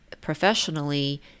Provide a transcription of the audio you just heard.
professionally